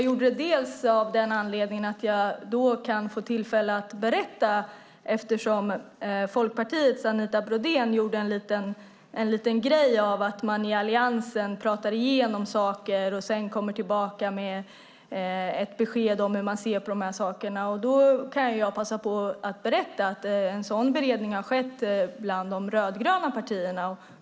Själv kan jag då få tillfälle att berätta eftersom Folkpartiets Anita Brodén gjorde en liten grej av att man i Alliansen pratar igenom saker och sedan kommer tillbaka med ett besked om hur man ser på de olika sakerna. Jag passar alltså på att berätta att en beredning har skett bland de rödgröna partierna.